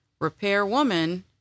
repairwoman